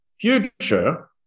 future